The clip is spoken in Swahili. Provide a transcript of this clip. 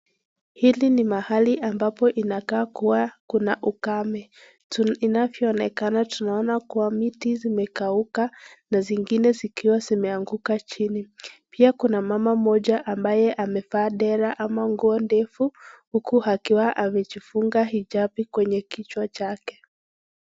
Hili ni mahali ambapo inakaa kuwa kuna ukame, inavyoonekana tunaona kuwa miti zimekauka na zingine zikiwa zimeanguka chini, pia kuna mama mmoja ambaye amevaa dera ama nguo ndefu uku akiwa amejifunga hijabu kwenye kichwa chake.